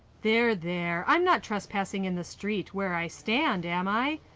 there, there. i am not trespassing in the street where i stand am i?